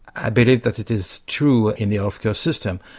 i believe that it is true in the healthcare system.